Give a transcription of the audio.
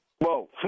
Whoa